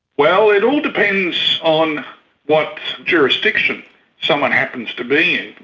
well, it all depends on what jurisdiction someone happens to be in.